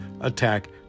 attack